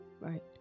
Right